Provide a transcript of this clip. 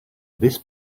this